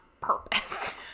purpose